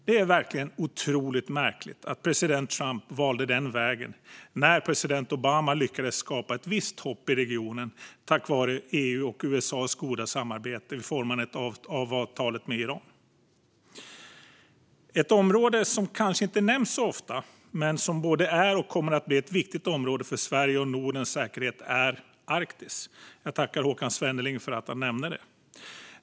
Det är verkligen otroligt märkligt att president Trump valde den vägen; president Obama lyckades skapa ett visst hopp i regionen tack vare EU:s och USA:s goda samarbete vid formandet av avtalet med Iran. Ett område som kanske inte nämns så ofta men som både är och kommer att vara viktigt för Sveriges och Nordens säkerhet är Arktis. Jag tackar Håkan Svenneling för att han nämnde det.